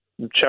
check